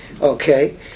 Okay